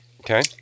Okay